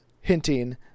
hinting